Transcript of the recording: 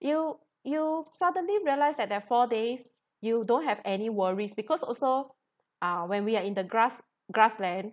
you you suddenly realise that there four days you don't have any worries because also uh when we are in the grass~ grassland